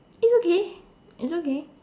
it's okay it's okay